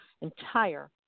entire